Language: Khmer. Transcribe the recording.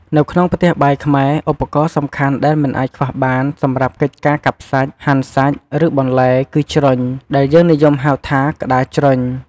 នៅក្នុងផ្ទះបាយខ្មែរ ឧបករណ៍សំខាន់ដែលមិនអាចខ្វះបានសម្រាប់កិច្ចការកាប់សាច់ ហាន់សាច់ ឬបន្លែ គឺ ជ្រញ់ ដែលយើងនិយមហៅថា ក្ដារជ្រញ់។